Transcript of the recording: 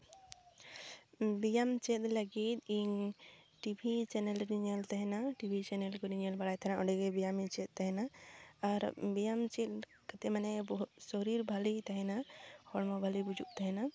ᱵᱮᱭᱟᱢ ᱪᱮᱫ ᱞᱟᱹᱜᱤᱫ ᱤᱧ ᱴᱤᱵᱷᱤ ᱪᱮᱱᱮᱞ ᱨᱤᱧ ᱧᱮᱞ ᱛᱟᱦᱮᱱᱟ ᱴᱤᱵᱷᱤ ᱪᱮᱱᱮᱞ ᱠᱷᱚᱱᱤᱧ ᱧᱮᱞ ᱵᱟᱲᱟᱭ ᱛᱟᱦᱮᱱᱟ ᱚᱸᱰᱮᱜᱮ ᱵᱮᱭᱟᱢᱤᱧ ᱪᱮᱫ ᱛᱟᱦᱮᱱᱟ ᱟᱨ ᱵᱮᱭᱟᱢ ᱪᱮᱫ ᱠᱟᱛᱮ ᱢᱟᱱᱮ ᱵᱚᱦᱚᱜ ᱥᱚᱨᱤᱨ ᱵᱷᱟᱹᱞᱤ ᱛᱟᱦᱮᱱᱟ ᱦᱚᱲᱢᱚ ᱵᱷᱟᱹᱞᱤ ᱵᱩᱡᱩᱜ ᱛᱟᱦᱮᱱᱟ